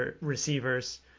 receivers